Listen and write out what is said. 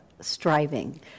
striving